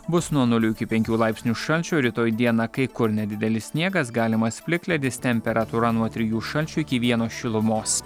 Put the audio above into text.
bus nuo nulio iki penkių laipsnių šalčio rytoj dieną kai kur nedidelis sniegas galimas plikledis temperatūra nuo trijų šalčio iki vieno šilumos